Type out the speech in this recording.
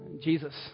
Jesus